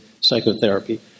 psychotherapy